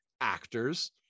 actors